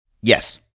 Yes